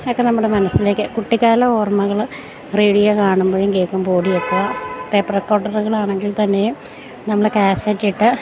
ഒക്കെ നമ്മുടെ മനസ്സിലേക്ക് കുട്ടിക്കാല ഓർമ്മകൾ റേഡിയോ കാണുമ്പഴും കേൾക്കുമ്പഴും ഓടിയെത്തുക ടേപ്പ് റെക്കോഡറുകളാണെങ്കിൽ തന്നെയും നമ്മൾ കാസറ്റിട്ട്